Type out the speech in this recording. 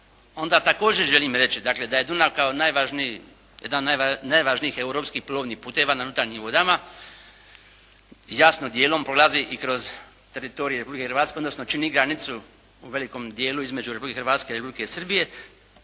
onda također želim reći, dakle, da je Dunav kao jedan od najvažnijih europskih plovnih putova na unutarnjim vodama, jasno dijelom prolazi i kroz teritorij Republike Hrvatske, odnosno čini granicu u velikom dijelu između Republike Hrvatske i Republike Srbije,